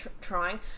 trying